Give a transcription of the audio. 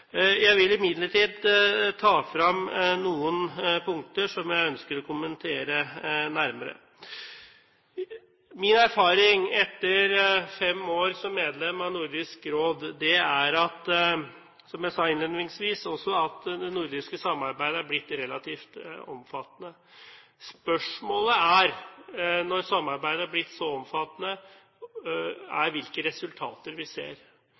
Jeg vil imidlertid ta frem noen punkter som jeg ønsker å kommentere nærmere. Min erfaring etter fem år som medlem av Nordisk Råd er – som jeg også sa innledningsvis – at det nordiske samarbeidet er blitt relativt omfattende. Spørsmålet er, når samarbeidet er blitt så omfattende, hvilke resultater vi ser.